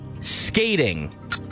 skating